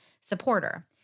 supporter